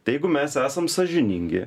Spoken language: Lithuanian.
tai jeigu mes esam sąžiningi